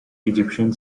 egyptian